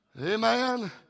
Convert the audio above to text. Amen